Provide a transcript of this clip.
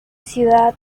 ciudad